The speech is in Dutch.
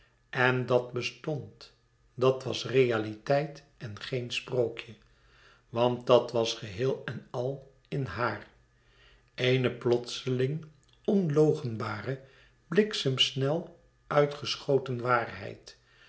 en dat bestond dat was realiteit en geen sprookje want dat was geheel en al in haar eene plotseling onloochenbare bliksemsnel uitgeschoten waarheid